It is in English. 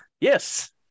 yes